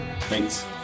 Thanks